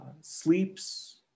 sleeps